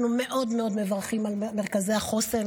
אנחנו מאוד מאוד מברכים על מרכזי החוסן.